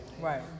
Right